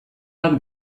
bat